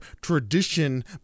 tradition